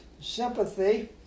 sympathy